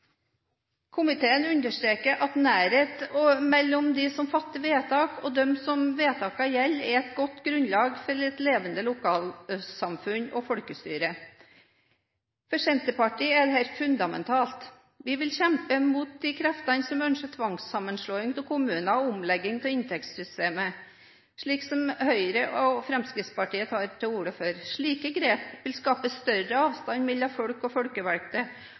Komiteen understreker at nærhet mellom dem som fatter vedtak og dem som vedtakene gjelder, er et godt grunnlag for et levende lokalsamfunn og folkestyre. For Senterpartiet er dette fundamentalt. Vi vil kjempe mot de kreftene som ønsker tvangssammenslåing av kommuner og omlegging av inntektssystemet, slik Høyre og Fremskrittspartiet tar til orde for. Slike grep vil skape større avstand mellom folk og